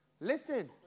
Listen